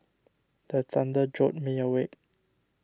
the thunder jolt me awake